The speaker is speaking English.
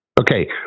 Okay